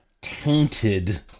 tainted